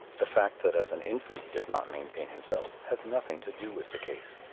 the fact that as an infant he does not maintain himself has nothing to do with the case.